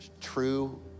true